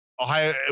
Ohio